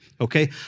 okay